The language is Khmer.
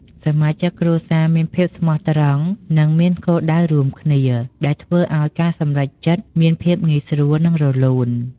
សមាជិកគ្រួសារមានភាពស្មោះត្រង់នឹងមានគោលដៅរួមគ្នា ដែលធ្វើឱ្យការសម្រេចចិត្តមានភាពងាយស្រួល និងរលូន។